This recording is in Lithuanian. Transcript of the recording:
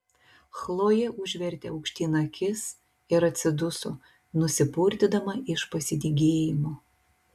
chlojė užvertė aukštyn akis ir atsiduso nusipurtydama iš pasidygėjimo